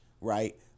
right